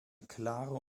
klare